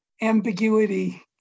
ambiguity